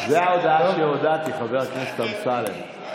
זאת ההודעה שהודעתי, חבר הכנסת אמסלם.